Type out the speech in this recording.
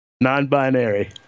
Non-binary